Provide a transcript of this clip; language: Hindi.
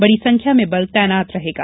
बड़ी संख्या में बल तैनात रहेगा